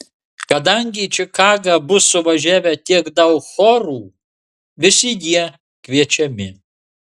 kadangi į čikagą bus suvažiavę tiek daug chorų visi jie kviečiami